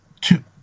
two